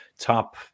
top